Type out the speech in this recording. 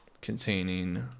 containing